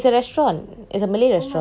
it's a restaurant it's a malay restaurant